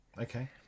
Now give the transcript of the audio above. okay